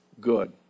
good